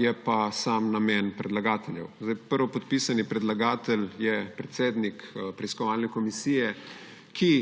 je pa sam namen predlagateljev. Prvopodpisani predlagatelj je predsednik preiskovalne komisije, ki